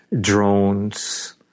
drones